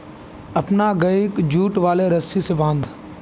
अपनार गइक जुट वाले रस्सी स बांध